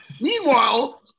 Meanwhile